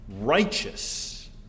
righteous